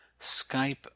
Skype